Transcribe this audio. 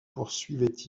poursuivait